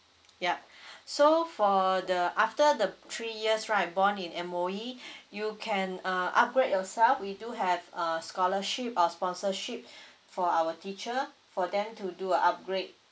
yup so for the after the three years right borne in M_O_E you can uh upgrade yourself we do have a scholarship or sponsorship for our teacher for them to do a upgrade